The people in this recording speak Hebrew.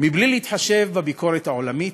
מבלי להתחשב בביקורת העולמית,